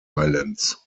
islands